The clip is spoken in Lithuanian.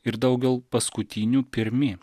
ir daugel paskutinių pirmi